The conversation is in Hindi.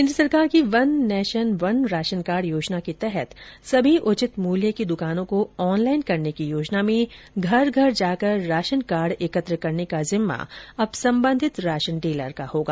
केन्द्र सरकार की one nation one ration card योजना के तहत सभी उचित मूल्य की द्कानों को ऑनलाइन करने की योजना में घर घर जाकर राशन कार्ड एकत्र करने का जिम्मा अब संबंधित राशन डीलर का होगा